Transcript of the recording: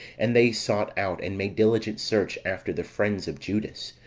and they sought out, and made diligent search after the friends of judas,